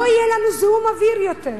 לא יהיה לנו זיהום אוויר יותר.